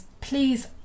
please